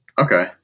Okay